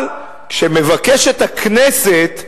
אבל כשמבקשת הכנסת,